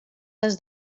les